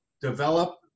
develop